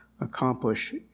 accomplish